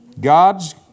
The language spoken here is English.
God's